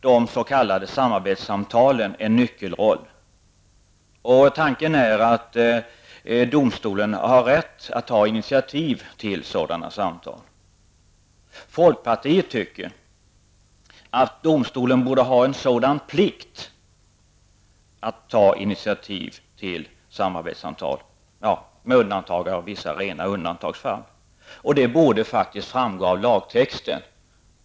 De s.k. samarbetssamtalen får en nyckelroll. Tanken är att domstolen har rätt att ta initiativ till sådana samtal. Folkpartiet anser att domstolen borde ha en plikt att ta initiativ till samarbetssamtal utom i rena undantagsfall. Detta borde faktiskt framgå av lagtexten.